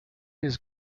his